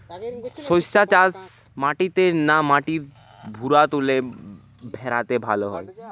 শশা চাষ মাটিতে না মাটির ভুরাতুলে ভেরাতে ভালো হয়?